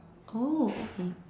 oh okay